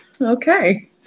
Okay